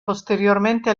posteriormente